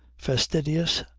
fastidious,